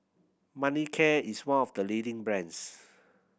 Manicare is one of the leading brands